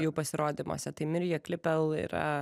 jų pasirodymuose tai mirija klipeal yra